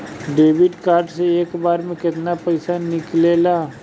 Debit card से एक बार मे केतना पैसा निकले ला?